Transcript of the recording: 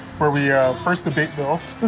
where we first debate bills,